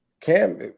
cam